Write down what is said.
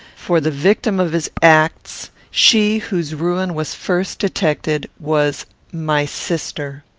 for the victim of his acts, she whose ruin was first detected, was my sister.